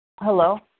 Hello